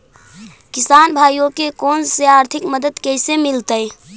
किसान भाइयोके कोन से आर्थिक मदत कैसे मीलतय?